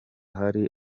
hari